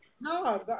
No